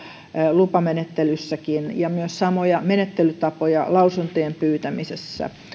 lupamenettelyssäkin ja myös samoja menettelytapoja lausuntojen pyytämisessä